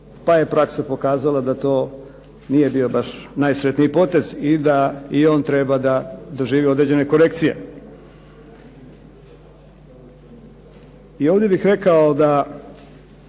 pa je praksa pokazala da to nije bio najsretniji potez i da on treba doživjeti određene korekcije. I ovdje bih rekao da